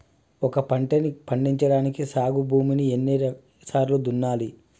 ఒక పంటని పండించడానికి సాగు భూమిని ఎన్ని సార్లు దున్నాలి?